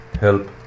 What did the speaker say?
help